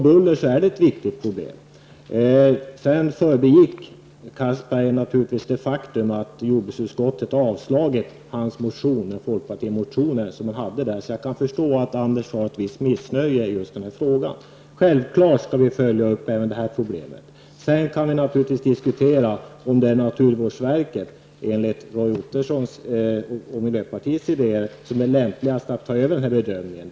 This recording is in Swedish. Buller är ett viktigt problem. Anders Castberger förbigick naturligtvis det faktum att jordbruksutskottet har avstyrkt folkpartimotionen i den här frågan. Jag kan därför förstå att Anders Castberger känner sig litet missnöjd när det gäller den här frågan. Men självklart skall vi följa upp även det här problemet. Sedan kan vi naturligtvis diskutera om det är naturvårdsverket, vilket Roy Ottosson och miljöpartiet anser, som är mest lämpligt att ta över den här bedömningen.